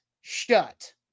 shut